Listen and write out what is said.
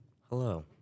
hello